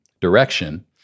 direction